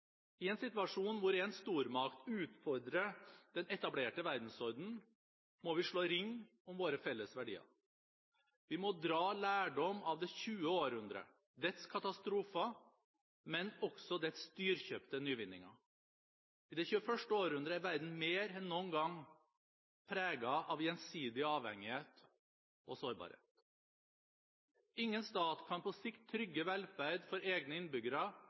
I en situasjon hvor en stormakt utfordrer den etablerte verdensordenen, må vi slå ring om våre felles verdier. Vi må dra lærdom av det 20. århundret, dets katastrofer, men også dets dyrekjøpte nyvinninger. I det 21. århundret er verden mer enn noen gang preget av gjensidig avhengighet og sårbarhet. Ingen stat kan på sikt trygge velferd for egne innbyggere